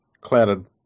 clouded